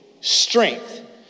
strength